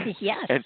Yes